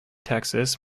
texas